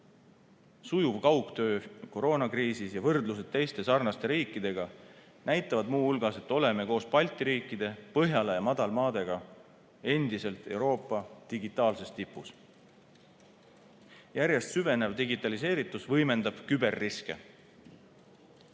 Sujuv kaugtöö koroonakriisis ja võrdlused teiste sarnaste riikidega näitavad muu hulgas, et oleme koos Balti riikide, Põhjala ja Madalmaadega endiselt Euroopa digitaalses tipus. Järjest süvenev digitaliseeritus võimendab küberriske.